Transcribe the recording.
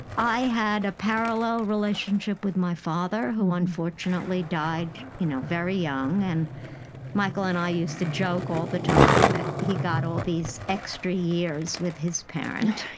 had a parallel relationship with my father, who unfortunately died you know very young. and michael and i used to joke all the time that he got all these extra years with his parent.